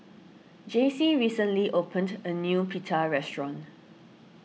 Jaycie recently opened a new Pita restaurant